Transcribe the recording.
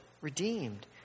redeemed